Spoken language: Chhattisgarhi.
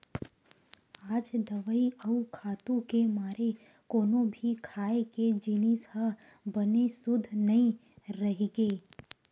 आज दवई अउ खातू के मारे कोनो भी खाए के जिनिस ह बने सुद्ध नइ रहि गे